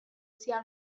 sia